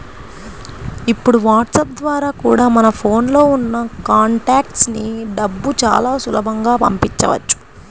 ఇప్పుడు వాట్సాప్ ద్వారా కూడా మన ఫోన్ లో ఉన్న కాంటాక్ట్స్ కి డబ్బుని చాలా సులభంగా పంపించవచ్చు